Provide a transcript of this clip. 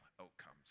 outcomes